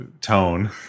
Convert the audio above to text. tone